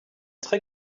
très